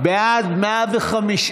הכנסת העשרים-וארבע,